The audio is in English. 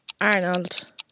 Arnold